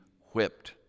whipped